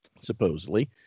supposedly